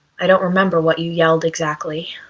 i don't remember what you yelled, exactly.